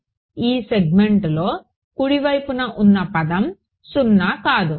e సెగ్మెంట్లో కుడి వైపున ఉన్న పదం సున్నా కాదు